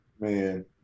man